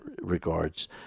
regards